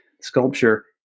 sculpture